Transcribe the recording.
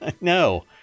no